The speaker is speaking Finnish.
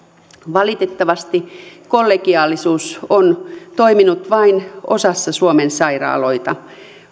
valitettavasti kollegiaalisuus on toiminut vain osassa suomen sairaaloita